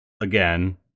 again